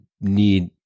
need